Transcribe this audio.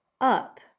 up